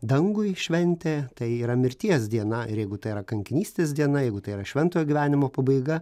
dangui šventė tai yra mirties diena ir jeigu tai yra kankinystės diena jeigu tai yra šventojo gyvenimo pabaiga